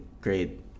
great